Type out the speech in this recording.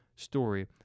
story